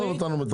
לא המדינה.